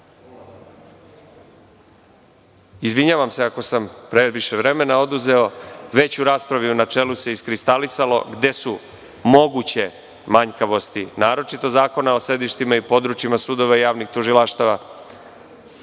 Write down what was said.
znači. Izvinjavam se ako sam previše vremena oduzeo, već se u raspravi u načelu iskristalisalo gde su moguće manjkavosti naročito Zakona o sedištima i područjima sudova i javnih tužilaštava.